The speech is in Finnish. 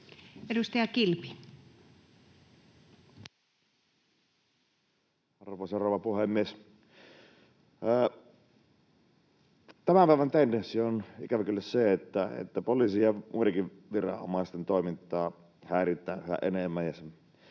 Edustaja Kilpi. Arvoisa rouva puhemies! Tämän päivän tendenssi on ikävä kyllä se, että poliisin ja muidenkin viranomaisten toimintaa häiritään yhä enemmän ja se